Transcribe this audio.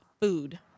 food